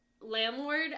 landlord